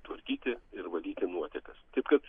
tvarkyti ir valyti nuotekas taip kad